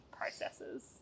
processes